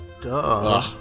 duh